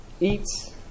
eats